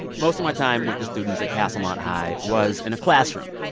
most of my time with the students at castlemont high was in a classroom.